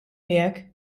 miegħek